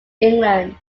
england